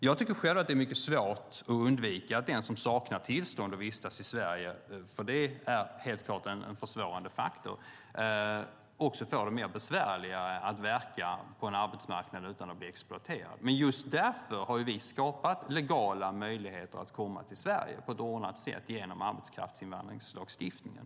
Jag tycker själv att det är mycket svårt att undvika att den som saknar tillstånd att vistas i Sverige - det är helt klart en försvårande faktor - också får det besvärligare att verka på en arbetsmarknad utan att bli exploaterad. Men just därför har vi skapat legala möjligheter för människor att komma till Sverige på ett ordnat sätt genom arbetskraftsinvandringslagstiftningen.